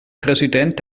präsident